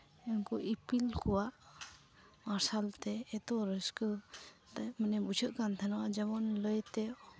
ᱩᱱᱠᱩ ᱤᱯᱤᱞ ᱠᱚᱣᱟᱜ ᱢᱟᱨᱥᱟᱞ ᱛᱮ ᱮᱛᱚ ᱨᱟᱹᱥᱠᱟᱹ ᱛᱮ ᱵᱩᱡᱷᱟᱹᱜ ᱠᱟᱱ ᱛᱟᱦᱮᱸ ᱱᱚᱜᱼᱚᱸᱭ ᱡᱮᱢᱚᱱ ᱞᱟᱹᱭᱛᱮ